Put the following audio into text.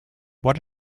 what